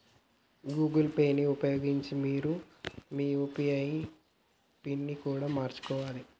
Google Pay ని ఉపయోగించి మీరు మీ యూ.పీ.ఐ పిన్ని కూడా మార్చుకోవాలే